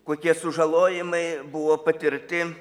kokie sužalojimai buvo patirti